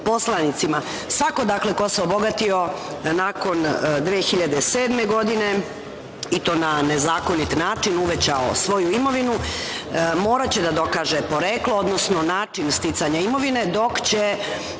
poslanicima. Svako dakle, ko se obogatio nakon 2007. godine i to na nezakonit način uvećao svoju imovinu moraće da dokaže poreklo, odnosno način sticanja imovine, dok će